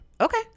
Okay